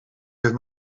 heeft